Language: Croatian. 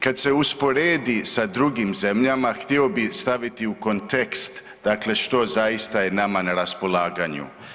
Kad se usporedi sa drugim zemljama, htio bi staviti u kontekst, dakle što zaista je nama na raspolaganju.